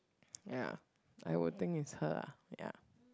ya I would think is her ah ya